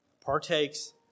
partakes